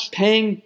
paying